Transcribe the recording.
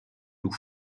loup